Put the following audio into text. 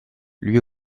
lui